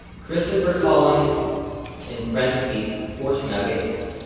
christopher collin in parentheses, horse nuggets,